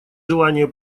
желание